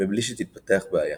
מבלי שתתפתח בעיה.